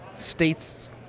States